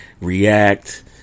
react